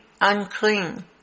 unclean